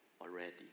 already